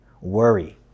worry